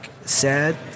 sad